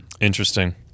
Interesting